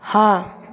हँ